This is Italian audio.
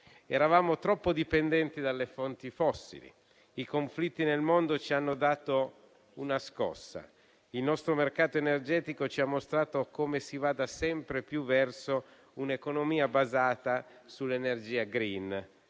Eravamo troppo dipendenti dalle fonti fossili e i conflitti nel mondo ci hanno dato una scossa. Il nostro mercato energetico ci ha mostrato come si vada sempre più verso un'economia basata sull'energia *green*,